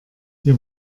wir